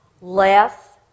Less